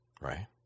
right